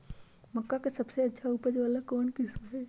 मक्का के सबसे अच्छा उपज वाला कौन किस्म होई?